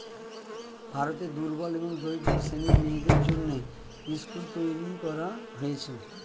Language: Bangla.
ভারতে দুর্বল এবং দরিদ্র শ্রেণীর মেয়েদের জন্যে স্কুল তৈরী করা হয়েছে